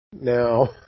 Now